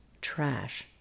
trash